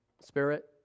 Spirit